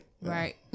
Right